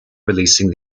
releasing